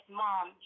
mom